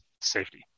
safety